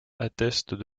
attestent